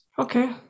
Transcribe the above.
Okay